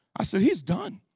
i said he's done.